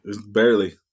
Barely